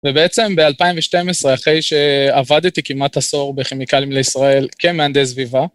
ובעצם ב-2012, אחרי שעבדתי כמעט עשור בכימיקלים לישראל כמהנדס סביבה,